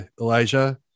Elijah